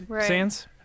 sands